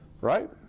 Right